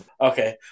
Okay